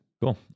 cool